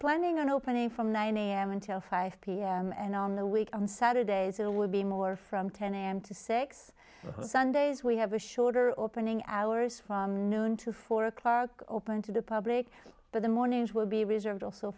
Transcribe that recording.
planning on opening from nine a m until five p m and on the week on saturdays it would be more from ten am to six sundays we have a shorter opening hours from noon to four o'clock open to the public but the mornings will be reserved also